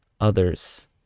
others